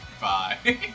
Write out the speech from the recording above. Bye